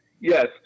yes